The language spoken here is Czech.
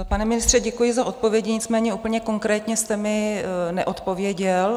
Pane ministře, děkuji za odpovědi, nicméně úplně konkrétně jste mi neodpověděl.